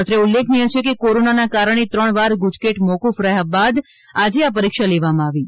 અત્રે ઉલ્લેખનીય છે કે કોરોનાના કારણે ત્રણ વાર ગુજકેટ મોફૂફ રહ્યા બાદ આજે આ પરીક્ષા લેવામાં આવી છે